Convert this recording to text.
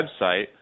website